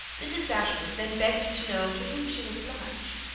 mrs. dashwood then begged to know to whom she was obliged.